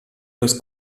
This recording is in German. das